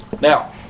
Now